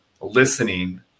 listening